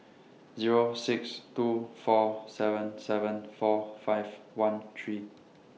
Zero six two four seven seven four five one three